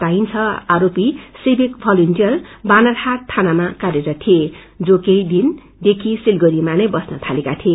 बताइन्छ आरोपी civic volunteer बानरछाट थानामा क्रार्यरत थिए र्जो केही दिन अधिदेखि सिलगढ़ीमा नै बस्न थालेका थिए